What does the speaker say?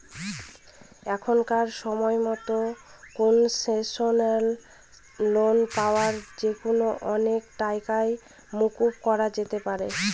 এখনকার সময়তো concessional loan পাবো যেখানে অনেক টাকাই মকুব করা যেতে পারে